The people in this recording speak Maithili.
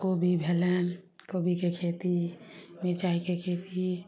कोबी भेलनि कोबीके खेती मिरचाइके खेती